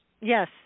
Yes